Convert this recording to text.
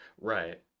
Right